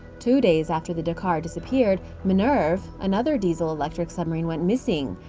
two days after the dakar disappeared, minerve, another diesel-electric submarine, went missing.